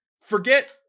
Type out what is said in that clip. forget